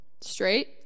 Straight